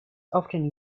often